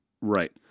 Right